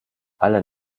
alle